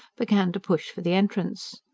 began to push for the entrance.